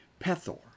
Pethor